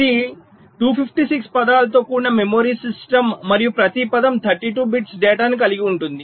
ఇది 256 పదాలతో కూడిన మెమరీ సిస్టమ్ మరియు ప్రతి పదం 32 బిట్స్ డేటాను కలిగి ఉంటుంది